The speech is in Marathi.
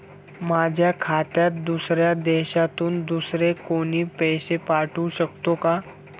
माझ्या खात्यात दुसऱ्या देशातून दुसरे कोणी पैसे पाठवू शकतो का?